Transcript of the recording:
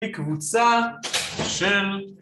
קבוצה, שם, שם